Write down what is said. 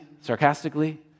sarcastically